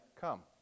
come